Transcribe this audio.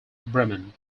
bremen